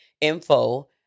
info